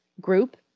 group